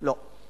לא.